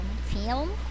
film